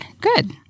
Good